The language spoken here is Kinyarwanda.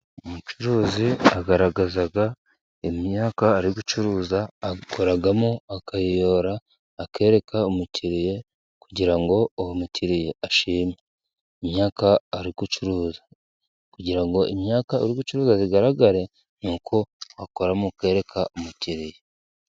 Umucuruzi agaragaza imyaka ari gucuruza, akoramo akayiyora akereka umukiriya kugira ngo uwo mukiriya ashime imyaka ari gucuruza, kugira ngo imyaka ari gucuruza zigaragare ni uko akoramo akereka umukiriya.